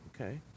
Okay